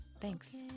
Thanks